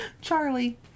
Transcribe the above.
Charlie